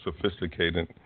sophisticated